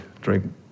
drink